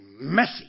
messy